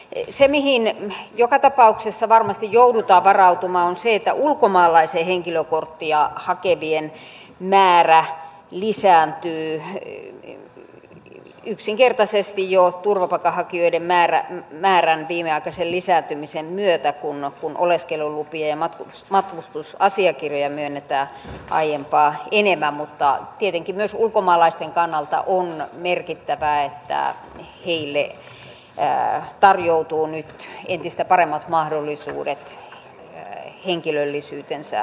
se mihin joka tapauksessa varmasti joudutaan varautumaan on se että ulkomaalaisen henkilökorttia hakevien määrä lisääntyy yksinkertaisesti jo turvapaikanhakijoiden määrän viimeaikaisen lisääntymisen myötä kun oleskelulupia ja matkustusasiakirjoja myönnetään aiempaa enemmän mutta tietenkin myös ulkomaalaisten kannalta on merkittävää että heille tarjoutuu nyt entistä paremmat mahdollisuudet henkilöllisyytensä